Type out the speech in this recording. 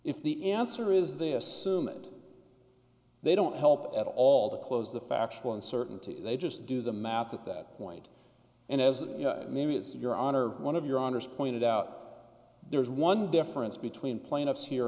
if the answer is they assume it they don't help at all the close the factual uncertainty they just do the math at that point and as many as your honor one of your honors pointed out there is one difference between plaintiffs here